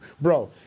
bro